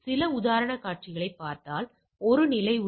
சில உதாரணக் காட்சிகளைப் பார்த்தால் ஒரு நிலை உள்ளது